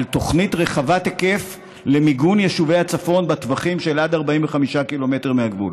על תוכנית רחבת היקף למיגון יישובי הצפון בטווחים של עד 45 ק"מ מהגבול.